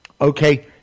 okay